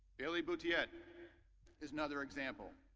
elly butiet is another example.